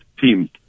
team